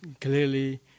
clearly